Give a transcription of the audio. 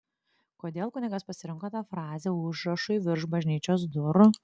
kodėl kunigas pasirinko tą frazę užrašui virš bažnyčios durų